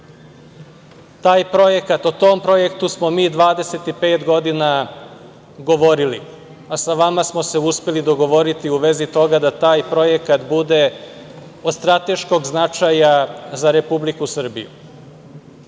i Segedina. O tom projektu smo mi 25 godina govorili, a sa vama smo se uspeli dogovoriti u vezi toga da taj projekat bude od strateškog značaja za Republiku Srbiju.